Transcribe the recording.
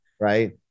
Right